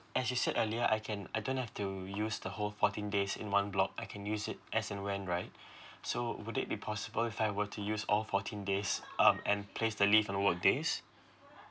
as you said earlier I can I don't have to use the whole fourteen days in one block I can use it as and when right so would it be possible if I were to use all fourteen days um and place the leave on work days